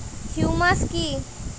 Humus কি?